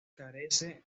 carece